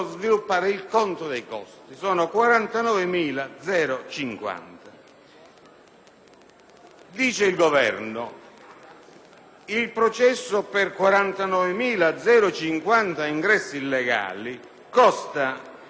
sostiene che il processo per 49.050 ingressi illegali costa 650 euro per il gratuito patrocinio,